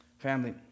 Family